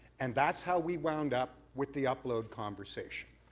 and that's how we wound up with the upload conversation.